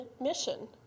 mission